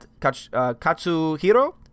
Katsuhiro